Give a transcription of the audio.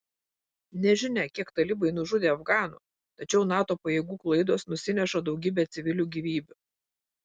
nežinia kiek talibai nužudė afganų tačiau nato pajėgų klaidos nusineša daugybę civilių gyvybių